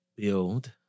Build